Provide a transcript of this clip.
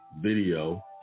video